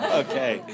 okay